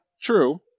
true